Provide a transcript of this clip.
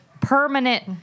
Permanent